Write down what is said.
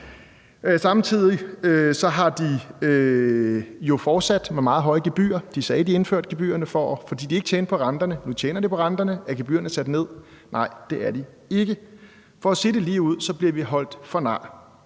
Samtidig har de jo fortsat med meget høj gebyrer. De sagde, de indførte gebyrerne, fordi de ikke tjente på renterne. Nu tjener de på renterne, og er gebyrerne sat ned? Nej, det er de ikke. For at sige det lige ud, bliver man holdt for nar,